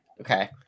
Okay